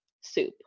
soup